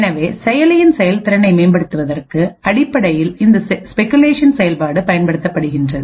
எனவே செயலியின் செயல்திறனை மேம்படுத்துவதற்குஅடிப்படையில் இந்த ஸ்பெகுலேஷன் செயல்பாடு பயன்படுத்தப்படுகிறது